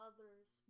Others